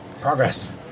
Progress